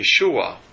Yeshua